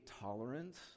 tolerance